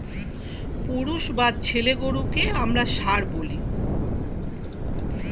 পুরুষ বা ছেলে গরুকে আমরা ষাঁড় বলি